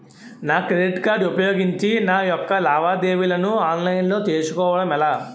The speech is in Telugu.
నా క్రెడిట్ కార్డ్ ఉపయోగించి నా యెక్క లావాదేవీలను ఆన్లైన్ లో చేసుకోవడం ఎలా?